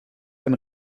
ein